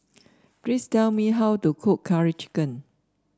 please tell me how to cook Curry Chicken